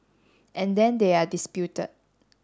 and then they are disputed